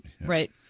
right